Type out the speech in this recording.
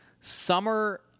summer